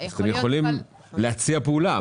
אתם יכולים להציע פעולה,